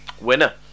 Winner